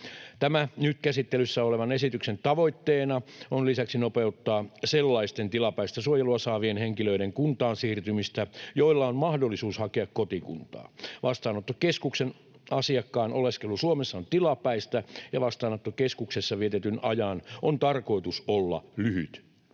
Tämän nyt käsittelyssä olevan esityksen tavoitteena on lisäksi nopeuttaa sellaisten tilapäistä suojelua saavien henkilöiden kuntaan siirtymistä, joilla on mahdollisuus hakea kotikuntaa. Vastaanottokeskuksen asiakkaan oleskelu Suomessa on tilapäistä, ja vastaanottokeskuksessa vietetyn ajan on tarkoitus olla lyhyt.